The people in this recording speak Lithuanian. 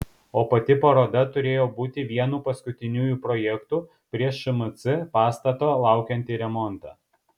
o pati paroda turėjo būti vienu paskutiniųjų projektų prieš šmc pastato laukiantį remontą